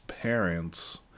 parents